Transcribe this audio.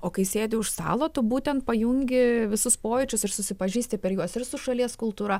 o kai sėdi už stalo tu būtent pajungi visus pojūčius ir susipažįsti per juos ir su šalies kultūra